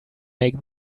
make